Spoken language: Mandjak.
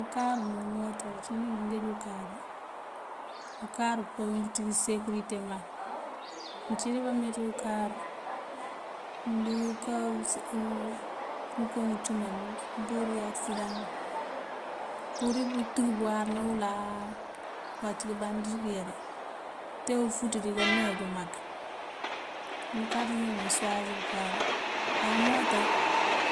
Ukáaru ná umoota, ucí njí manjej ukáaru ukáaru pewuŋ pёţíj sekirite mak. Mёncídí bameţύ ukáaru mёndikёká usee, ngёko ngёcύmal ύburu akёsidan nguŋ. Mёmpύurir pёrύ tuk bёwáar náwёláa wac kёband dikёyadi te ufuţ diká neeju mak. wul kaţínjá mansuwasir ukáaru. A umoota